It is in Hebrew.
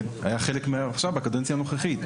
היה חלק מעכשיו בקדנציה הנוכחית.